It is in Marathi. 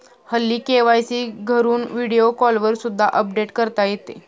हल्ली के.वाय.सी घरून व्हिडिओ कॉलवर सुद्धा अपडेट करता येते